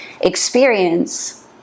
experience